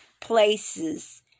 places